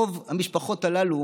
רוב המשפחות הללו